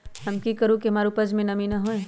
हम की करू की हमार उपज में नमी होए?